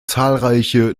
zahlreiche